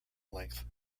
length